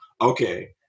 Okay